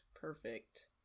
perfect